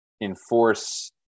enforce